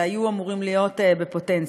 שהיו אמורים להיות בפוטנציה.